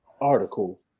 article